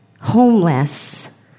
homeless